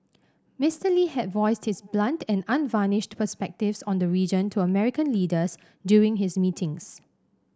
Mister Lee had voiced his blunt and unvarnished perspectives on the region to American leaders during his meetings